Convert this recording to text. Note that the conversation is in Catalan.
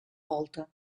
volta